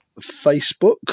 Facebook